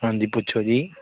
ਹਾਂਜੀ ਪੁੱਛੋ ਜੀ